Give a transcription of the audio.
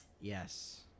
Yes